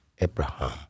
Abraham